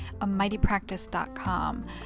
amightypractice.com